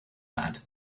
had